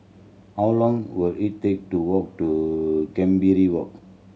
how long will it take to walk to Walk